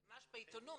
בעיתונות.